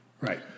right